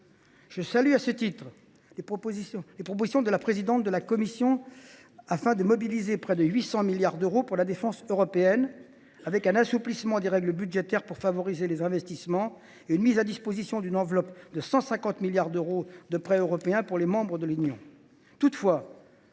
Je salue à ce titre les propositions de la présidente de la Commission européenne en vue de la mobilisation de près de 800 milliards d’euros pour la défense européenne, grâce à un assouplissement des règles budgétaires en faveur des investissements et à la mise à disposition d’une enveloppe de 150 milliards d’euros de prêts européens pour les membres de l’Union.